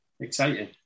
Exciting